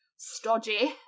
Stodgy